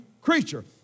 creature